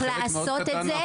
אין שום דרך לעשות את זה.